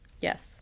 Yes